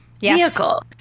vehicle